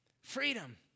Freedom